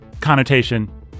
connotation